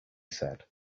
said